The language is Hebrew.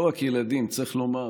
לא רק ילדים, צריך לומר,